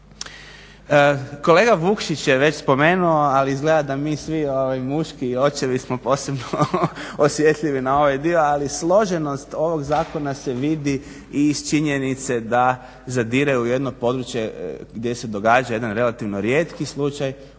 Kolega Vukšić je već spomenuo ali izgleda da mi svi ovaj muški očevi smo posebno osjetljivi na ovaj dio, ali složenost ovog zakona se vidi i iz činjenice da zadire u jedno područje gdje se događa jedan relativno rijetki slučaj